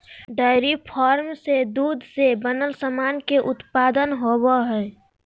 dairy farm से दूध से बनल सामान के उत्पादन होवो हय